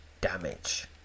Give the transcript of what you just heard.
damage